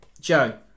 Joe